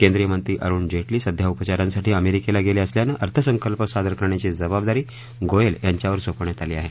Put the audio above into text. केंद्रीय मंत्री अरुण जेटली सध्या उपचारांसाठी अमेरिकेला गेले असल्यानं अर्थसंकल्प सादर करण्याची जबाबदारी गोयल यांच्यावर सोपवण्यात आली आहे